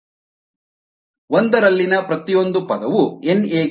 ಮತ್ತು ಸೇರಿಸಿದರೆ ನಮಗೆ ಸಿಗುವುದು xA xAL NA 1mky1kx